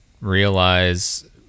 realize